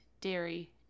dairy